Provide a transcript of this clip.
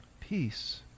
Peace